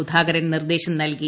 സുധാകരൻ നിർദ്ദേശം നൽകി